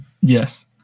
Yes